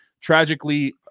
tragically